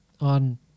on